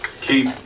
Keep